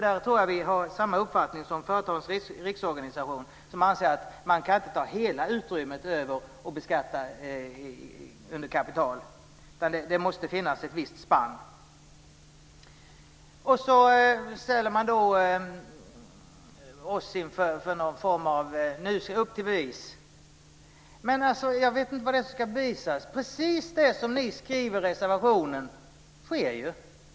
Där tror jag att vi har samma uppfattning som Företagarnas riksorganisation, som anser att man inte kan ta över hela utrymmet och beskatta under kapital, utan det måste finnas ett visst spann. Så ställer man oss inför: Upp till bevis. Men jag vet inte vad det är som ska bevisas. Precis det som ni skriver i reservationen sker ju.